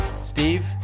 Steve